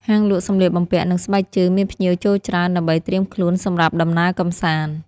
ហាងលក់សម្លៀកបំពាក់ និងស្បែកជើងមានភ្ញៀវចូលច្រើនដើម្បីត្រៀមខ្លួនសម្រាប់ដំណើរកម្សាន្ត។